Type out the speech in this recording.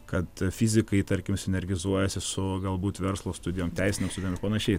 kad fizikai tarkim sinergizuojasi su galbūt verslo studijom teisinėm studijom panašiai